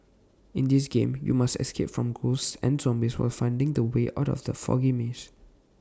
in this game you must escape from ghosts and zombies while finding the way out from the foggy maze